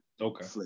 okay